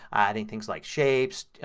adding things like shapes,